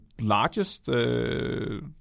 largest